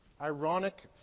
ironic